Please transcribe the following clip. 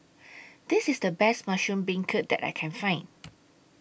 This IS The Best Mushroom Beancurd that I Can Find